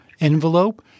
envelope